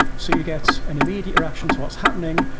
so you get an immediate reaction to what's happening,